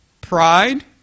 pride